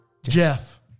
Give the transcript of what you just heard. Jeff